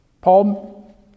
Paul